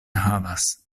havas